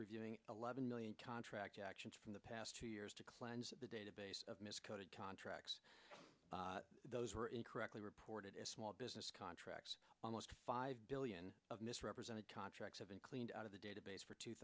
reviewing eleven million contract actions from the past two years to cleanse of the database of miscoded contracts those were incorrectly reported as small business contracts almost five billion of misrepresented contracts have been cleaned out of the database for two